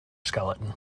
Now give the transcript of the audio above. skeleton